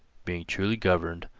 being truly governed,